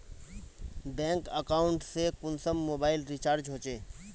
Bank account से कुंसम mobile recharge होचे?